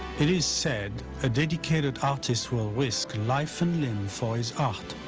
it is said ah dedicated artist will risk life and limb for his art.